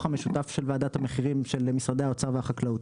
המשותף של וועדת המחירים של משרדי האוצר והחקלאות.